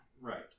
right